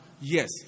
Yes